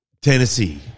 Tennessee